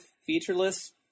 featureless